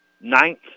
ninth